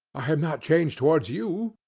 i am not changed towards you.